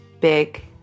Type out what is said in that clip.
Big